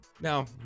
Now